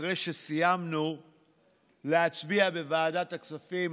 אחרי שסיימנו להצביע בוועדת הכספים